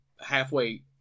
halfway